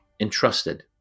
Entrusted